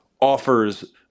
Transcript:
offers